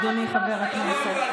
אדוני חבר הכנסת,